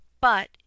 But